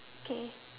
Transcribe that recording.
K